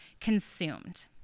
consumed